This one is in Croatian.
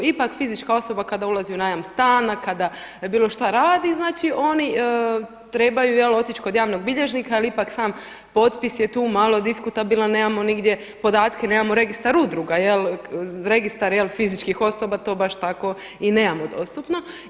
Ipak fizička osoba kada ulazi u najam stana, kada bilo što radi znači oni trebaju otići kod javnog bilježnika jer ipak sam potpis je tu malo diskutabilan, nemamo nigdje podatke, nemamo registar udruga, registar fizičkih osoba to baš tako i nemamo dostupno.